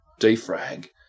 defrag